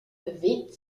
bewegt